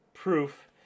Proof